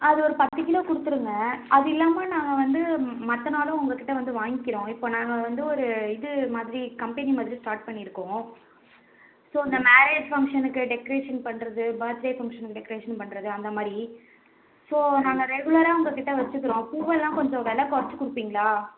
அது ஒரு பத்துக்கிலோ கொடுத்துருங்க அது இல்லாமல் நாங்கள் வந்து மற்ற நாளும் உங்கள்கிட்ட வந்து வாங்கிக்குறோம் இப்போ நாங்கள் வந்து ஒரு இது மாதிரி கம்பெனி மாதிரி ஸ்டார்ட் பண்ணியிருக்கோம் ஸோ இந்த மேரேஜ் ஃபங்ஷனுக்கு டெக்ரேஷன் பண்ணுறது பர்த்டே ஃபங்ஷனுக்கு டெக்ரேஷன் பண்ணுறது அந்தமாதிரி ஸோ நாங்கள் ரெகுலராக உங்கள்கிட்ட வச்சுக்கிறோம் பூவெல்லாம் கொஞ்சம் வில குறச்சி கொடுப்பீங்ளா